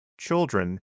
children